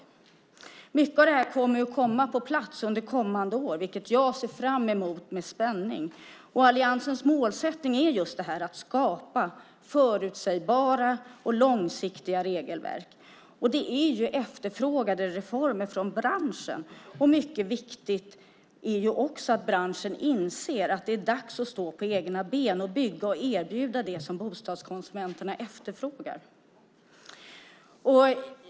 Mycket av detta kommer att komma på plats under kommande år, vilket jag ser fram emot med spänning. Alliansens mål är att skapa förutsägbara och långsiktiga regelverk. Det är efterfrågade reformer från branschen. Mycket viktigt är också att branschen inser att det är dags att stå på egna ben och bygga och erbjuda det som bostadskonsumenterna efterfrågar.